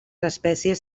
espècies